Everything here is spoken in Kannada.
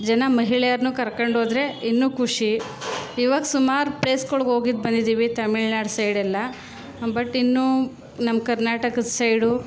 ಜನ ಮಹಿಳೆಯರನ್ನು ಕರ್ಕೊಂಡೋದ್ರೆ ಇನ್ನೂ ಖುಷಿ ಇವಾಗ ಸುಮಾರು ಪ್ಲೇಸ್ಗಳ್ಗೆ ಹೋಗಿದ್ದು ಬಂದಿದ್ದೀವಿ ತಮಿಳ್ನಾಡು ಸೈಡೆಲ್ಲ ಬಟ್ ಇನ್ನೂ ನಮ್ಮ ಕರ್ನಾಟಕದ ಸೈಡು